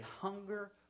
hunger